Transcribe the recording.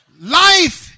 life